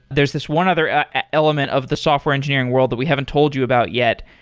there's this one other element of the software engineering world that we haven't told you about yet.